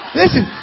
listen